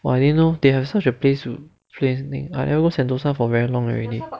!wah! I didn't know they have such a place would place I never go sentosa for very long already